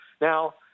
Now